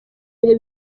bihe